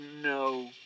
no